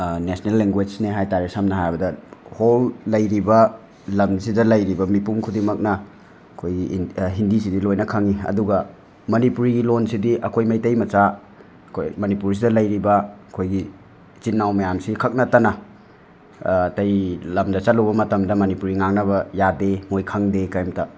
national ꯂꯦꯡꯒꯨꯋꯦꯁꯅꯦ ꯍꯥꯏꯇꯔꯦ ꯁꯝꯅ ꯍꯥꯏꯔꯕꯗ ꯍꯣꯜ ꯂꯩꯔꯤꯕ ꯂꯝꯖꯤꯗ ꯂꯩꯔꯤꯕ ꯃꯤꯄꯨꯝ ꯈꯨꯗꯤꯡꯃꯛꯅ ꯑꯈꯣꯏꯒꯤ ꯍꯤꯟꯗꯤꯁꯤꯗꯤ ꯂꯣꯏꯅ ꯈꯪꯏ ꯑꯗꯨꯒ ꯃꯅꯤꯄꯨꯔꯤ ꯂꯣꯟꯁꯤꯗꯤ ꯑꯩꯈꯣꯏ ꯃꯩꯇꯩ ꯃꯆꯥ ꯈꯣꯏ ꯃꯅꯤꯄꯨꯔꯁꯤꯗ ꯂꯩꯔꯤꯕ ꯑꯈꯣꯏꯒꯤ ꯏꯆꯤꯟ ꯏꯅꯥꯎ ꯃꯌꯥꯝꯁꯤ ꯈꯛ ꯅꯠꯇꯅ ꯑꯇꯩ ꯂꯝꯗ ꯆꯠꯂꯨꯕ ꯃꯇꯝꯗ ꯃꯅꯤꯄꯨꯔꯤ ꯉꯥꯡꯅꯕ ꯌꯥꯗꯦ ꯃꯣꯏ ꯈꯪꯗꯦ ꯀꯔꯤꯝꯇ